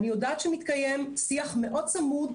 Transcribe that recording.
אני יודעת שמתקיים שיח מאוד צמוד,